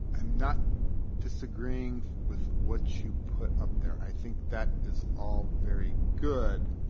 i'm not disagreeing with what you put up there, i think that is all very good,